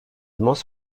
most